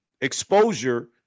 exposure